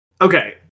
Okay